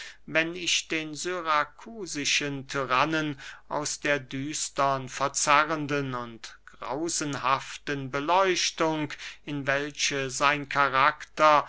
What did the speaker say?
wenn ich den syrakusischen tyrannen aus der düstern verzerrenden und grausenhaften beleuchtung in welche sein karakter